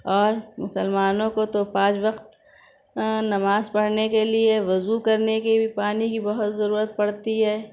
اور مسلمانوں کو تو پانچ وقت نماز پڑھنے کے لیے وضو کرنے کی بھی پانی کی بہت ضرورت پڑتی ہے